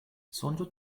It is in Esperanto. sonĝo